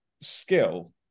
skill